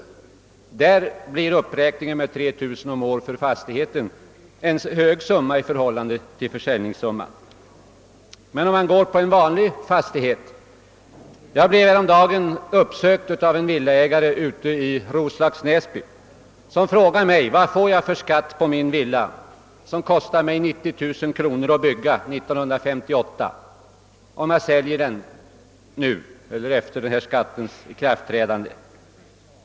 I sådana fall innebär uppräkningen med 3 000 kronor om året för fastigheten ett högt belopp i förhållande till försäljningssumman, men hur förhåller det sig med vanliga fastigheter? Jag blev häromdagen uppsökt av en villaägare i Roslags Näsby, som frågade mig vad han skulle få för skatt på sin villa, som kostade 90000 kronor att bygga år 1958, om han sålde den efter den nya skattelagens ikraftträdande.